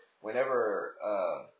whenever